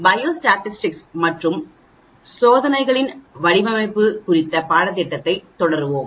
biostatistics மற்றும் சோதனைகளின் வடிவமைப்பு குறித்த பாடத்திட்டத்தை தொடருவோம்